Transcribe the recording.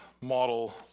model